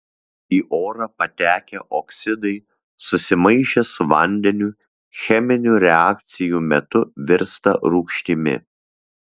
į orą patekę oksidai susimaišę su vandeniu cheminių reakcijų metu virsta rūgštimi